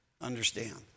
understand